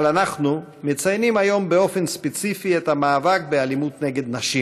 אבל אנחנו מציינים היום באופן ספציפי את המאבק באלימות נגד נשים